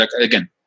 again